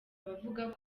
abavuga